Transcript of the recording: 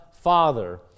Father